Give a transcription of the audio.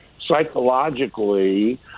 psychologically